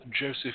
Joseph